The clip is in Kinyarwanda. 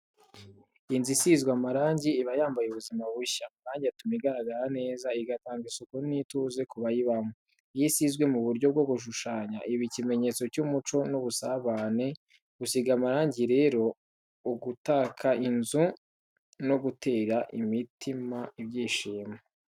Inzu isizwe amarangi iba yambaye ubuzima bushya. Amarangi atuma igaragara neza, agatanga isuku n’ituze ku bayibamo. Iyo isizwe mu buryo bwo gushushanya, iba ikimenyetso cy’umuco n’ubusabane. Gusiga amarangi rero ni ugutaka inzu no gutera imitima ibyishimo.